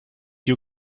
you